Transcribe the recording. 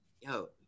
yo